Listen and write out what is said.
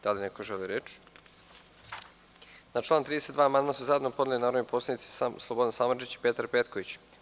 Da li neko želi reč? (Ne.) Na član 32. amandman su zajedno podneli narodni poslanici Slobodan Samardžić i Petar Petković.